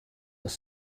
were